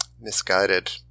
misguided